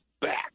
back